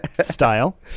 style